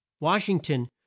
Washington